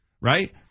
right